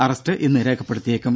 arrest ഇന്ന് രേഖപ്പെടുത്തിയേക്കും